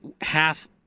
half